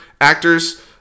actors